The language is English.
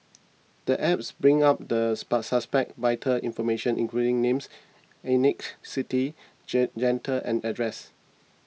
the app brings up the spa suspect's vital information including names ethnicity gender and address